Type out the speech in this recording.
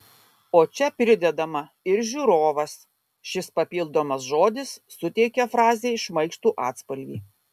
o čia pridedama ir žiūrovas šis papildomas žodis suteikia frazei šmaikštų atspalvį